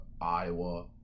Iowa